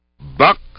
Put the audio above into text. Buck